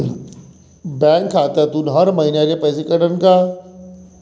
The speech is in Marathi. बँक खात्यातून हर महिन्याले पैसे कटन का?